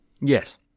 Yes